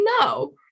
No